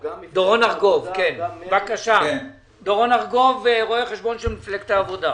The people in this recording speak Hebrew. ארגוב, רואה החשבון של מפלגת העבודה.